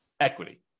equity